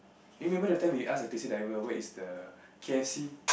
eh remember that time we ask the taxi driver where is the k_f_c